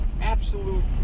absolute